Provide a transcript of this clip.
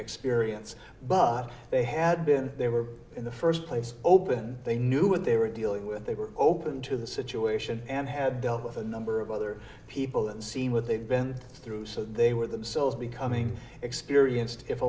experience but they had been they were in the first place open they knew what they were dealing with they were open to the situation and had dealt with a number of other people and seen what they've been through so they were themselves becoming experienced if